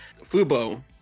Fubo